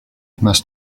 must